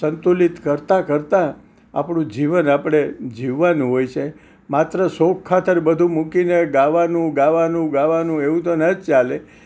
સંતુલીત કરતાં કરતાં આપણુ જીવન આપણે જીવવાનું હોય છે માત્ર શોખ ખાતર બધુ મૂકીને ગાવાનું ગાવાનું ગાવાનું એવું તો ન જ ચાલે